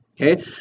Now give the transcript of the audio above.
Okay